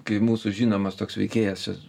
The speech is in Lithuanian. kai mūsų žinomas toks veikėjas čia